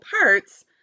parts